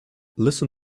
listen